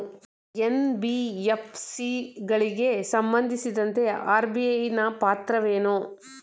NBFC ಗಳಿಗೆ ಸಂಬಂಧಿಸಿದಂತೆ RBI ಪಾತ್ರವೇನು?